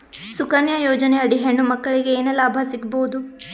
ಸುಕನ್ಯಾ ಯೋಜನೆ ಅಡಿ ಹೆಣ್ಣು ಮಕ್ಕಳಿಗೆ ಏನ ಲಾಭ ಸಿಗಬಹುದು?